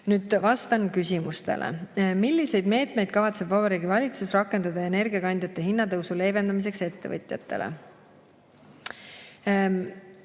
vastan küsimustele. "Milliseid meetmeid kavatseb Vabariigi Valitsus rakendada energiakandjate hinnatõusu leevendamiseks ettevõtjatele?"